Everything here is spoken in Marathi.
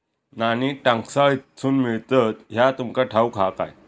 नाणी टांकसाळीतसून मिळतत ह्या तुमका ठाऊक हा काय